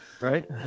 Right